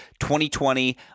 2020